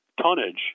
tonnage